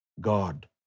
God